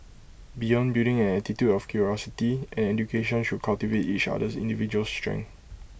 beyond building an attitude of curiosity an education should cultivate each other's individual's strengths